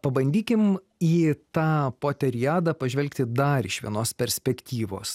pabandykim į tą poteriadą pažvelgti dar iš vienos perspektyvos